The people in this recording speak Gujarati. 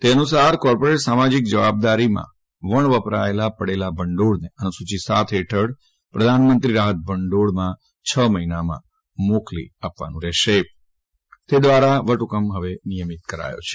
તે અનુસાર કોર્પોરેટ સામાજિક જવાબદારીમાં પડેલા વણવપરાયેલા ભંડોળને અનુસૂચિ સાત હેઠળના પ્રધાનમંત્રી રાહત ભંડોળમાં છ મહિનામાં મોકલી દેવાનું રહેશે તે દ્વારા બહાર પાડેલો વટહ્કમ નિયમિત બન્યો છે